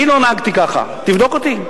אני לא נהגתי ככה, תבדוק אותי.